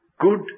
good